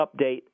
update